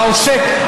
העוסק,